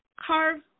carve